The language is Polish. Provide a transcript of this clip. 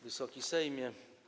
Wysoki Sejmie!